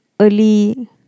early